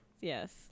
Yes